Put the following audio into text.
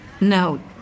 No